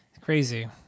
Crazy